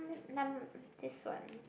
num~ this one